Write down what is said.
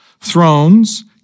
thrones